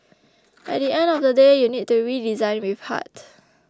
at the end of the day you need to redesign with heart